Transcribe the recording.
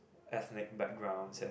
ethnic backgrounds and